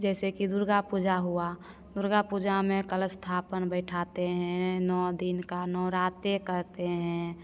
जैसे कि दुर्गा पूजा हुआ दुर्गा पूजा में कलश स्थापन बैठाते हैं नौ दिन का नवरात्रि करते हैं